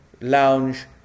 lounge